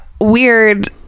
weird